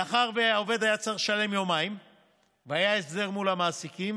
מאחר שהעובד היה צריך לשלם יומיים והיה הסדר מול המעסיקים,